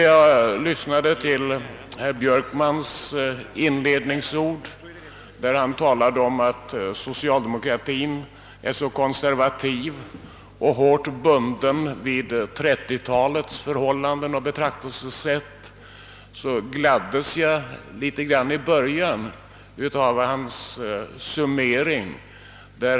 Jag lyssnade till herr Björkmans inledningsord — han talade om att socialdemokratin är konservativ och hårt bunden vid 1930-talets förhållanden och betraktelsesätt — och gladdes litet ät början av hans summering.